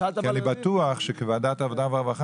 כי אני בטוח שכוועדת עבודה ורווחה